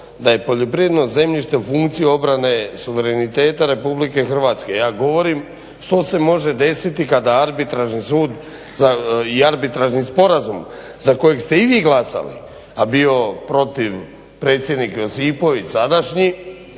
da je poljoprivredno zemljište u funkciji obrane suverenitete RH. Ja govorim što se može desiti kada Arbitražni sud i arbitražni sporazum za kojeg ste i vi glasali, a bio protiv predsjednik Josipović sadašnji,